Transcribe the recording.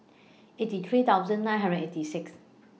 eighty three thousand nine hundred and eighty six